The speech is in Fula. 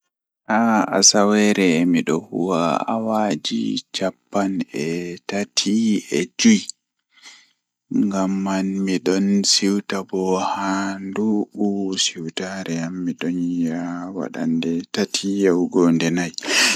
Haa asaweere midon huwa awaaji cappan e tati e joye ngamman midon siwta bo haa nduubu midon yi'a wadan nde tati yahugo nde nay.